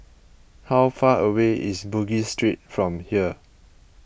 how far away is Bugis Street from here